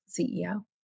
CEO